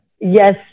yes